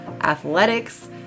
athletics